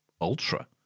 Ultra